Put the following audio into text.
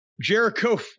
Jericho